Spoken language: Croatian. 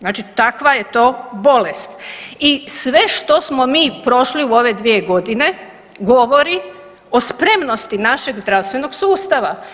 Znači takva je to bolesti i sve što smo mi prošli u ove dvije godine govori o spremnosti našeg zdravstvenog sustava.